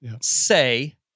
say